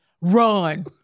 run